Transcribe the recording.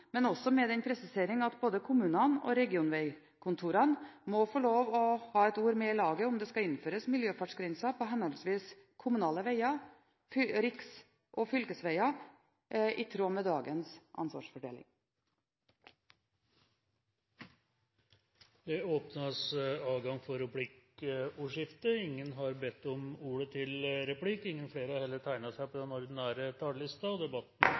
men har også med den presiseringen at både kommunene og regionvegkontorene må få lov til å ha et ord med i laget om det skal innføres miljøfartsgrenser på henholdsvis kommunale veger og riks- og fylkesveger – i tråd med dagens ansvarsfordeling. Flere har ikke bedt om ordet til sak nr. 28. Vi behandler nå sakene nr. 29–40 samlet. Alle sakene gjelder andre gangs behandling av lovsaker. Ingen har bedt om